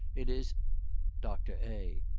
it is dr. a.